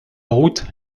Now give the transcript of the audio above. route